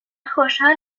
خوشحال